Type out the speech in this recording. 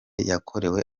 yakorewe